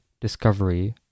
Discovery